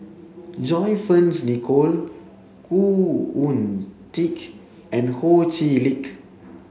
John Fearns Nicoll Khoo Oon Teik and Ho Chee Lick